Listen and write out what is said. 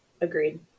agreed